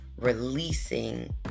releasing